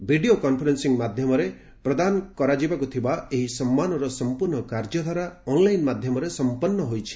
video conferencing ମାଧ୍ୟମରେ ପ୍ରଦାନ କରାଯିବାକୁ ଥିବା ଏହି ସମ୍ମାନର ସମ୍ପର୍ଶ୍ଣ କାର୍ଯ୍ୟଧାରା ଅନ୍ଲାଇନ୍ ମାଧ୍ୟମରେ ସମ୍ପନ୍ନ ହୋଇଛି